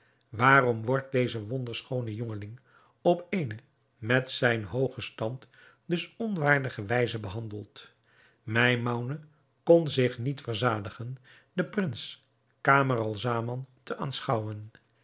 waarom wordt deze wonderschoone jongeling op eene met zijn hoogen stand dus onwaardige wijze behandeld maimoune kon zich niet verzadigen den prins camaralzaman te aanschouwen